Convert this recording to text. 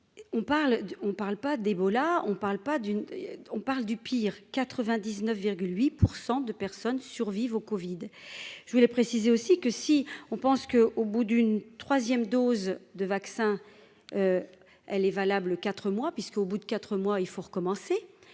on ne parle pas d'une, on parle du pire 99 8 % de personnes survivent au Covid je voulais préciser aussi que si on pense que, au bout d'une 3e dose de vaccin, elle est valable 4 mois puisqu'au bout de 4 mois, il faut recommencer